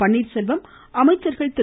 பன்னீர்செல்வம் அமைச்சர்கள் திரு